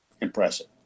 impressive